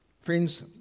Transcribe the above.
Friends